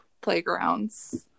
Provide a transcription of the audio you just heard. playgrounds